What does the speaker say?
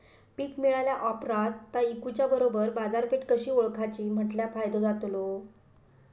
पीक मिळाल्या ऑप्रात ता इकुच्या बरोबर बाजारपेठ कशी ओळखाची म्हटल्या फायदो जातलो?